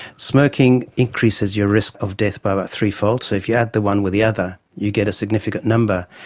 smoking increases your risk of death by about three-fold. so if you add the one with the other you get a significant number.